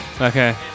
Okay